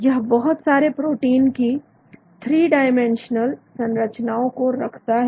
यह बहुत सारे प्रोटीन की थ्री डाइमेंशनल संरचनाओं को रखता है